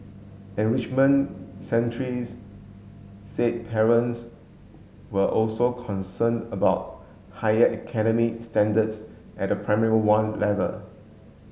enrichment centres said parents were also concerned about higher academic standards at the Primary One level